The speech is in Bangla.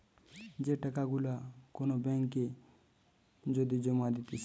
যে টাকা গুলা কোন ব্যাঙ্ক এ যদি জমা দিতেছে